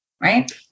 Right